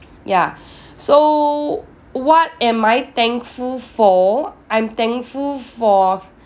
ya so what am I thankful for I'm thankful for